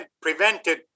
prevented